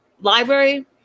Library